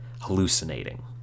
hallucinating